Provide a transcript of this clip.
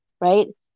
right